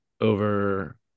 over